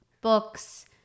books